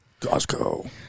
Costco